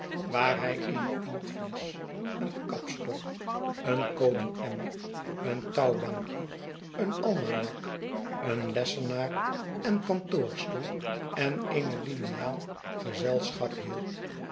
waar hij eene inktflesch een kapstok een kolenemmer een touwbakjej een almanak een lessenaar en kantoorstoel en eene liniaal gezelschap hield